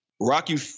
Rocky